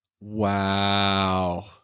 Wow